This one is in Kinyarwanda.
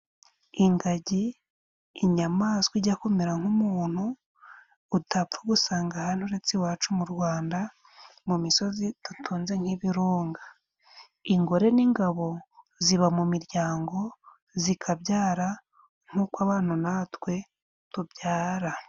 Ingagi inyamaswa ijya kumera nk'umuntu utapfa gusanga ahandi uretse iwacu mu Rwanda mu misozi dutunze nk'ibirunga . Ingore n'ingabo ziba mu miryango zikabyara nk'uko abantu natwe tubyara.